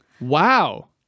Wow